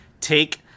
Take